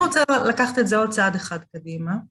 אני רוצה לקחת את זה עוד צעד אחד קדימה.